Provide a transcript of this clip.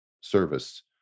service